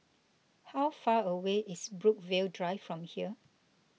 how far away is Brookvale Drive from here